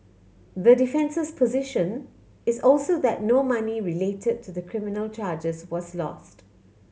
the defence's position is also that no money related to the criminal charges was lost